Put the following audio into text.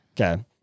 Okay